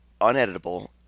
uneditable